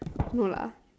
no lah